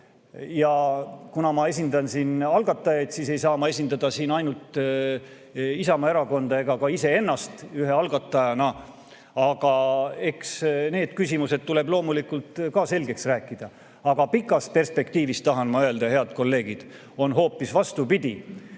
Ja kuna ma esindan siin algatajaid, siis ei saa ma esindada siin ainult Isamaa Erakonda ega ka iseennast ühe algatajana. Eks need küsimused tuleb loomulikult ka selgeks rääkida. Aga pikas perspektiivis, tahan ma öelda, head kolleegid, on hoopis vastupidi.